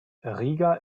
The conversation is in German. riga